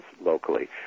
locally